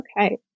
Okay